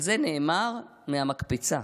על זה נאמר: מהמקפצה.